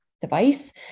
device